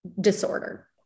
disorder